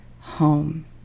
home